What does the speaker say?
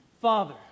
Father